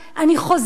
אני חוזרת,